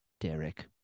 Derek